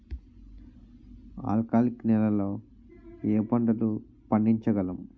ఆల్కాలిక్ నెలలో ఏ పంటలు పండించగలము?